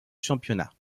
championnat